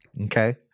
Okay